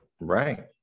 right